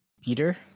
Peter